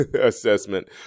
assessment